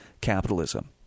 capitalism